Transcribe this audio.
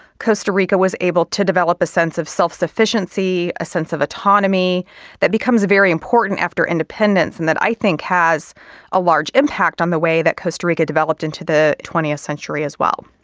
costa rica was able to develop a sense of self sufficiency, a sense of autonomy that becomes very important after independence and that i think has a large impact on the way that costa rica developed into the twentieth century as well.